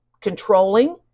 controlling